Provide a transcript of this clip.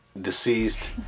deceased